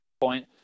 point